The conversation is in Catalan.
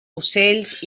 ocells